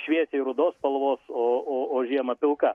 šviesiai rudos spalvos o o o žiemą pilka